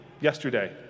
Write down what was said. yesterday